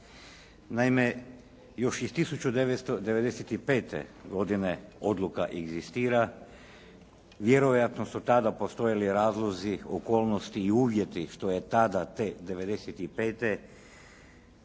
Naime, još iz 1995. godine odluka egzistira, vjerojatno su tada postojali razlozi, okolnosti i uvjeti što je tada te 95. tom odlukom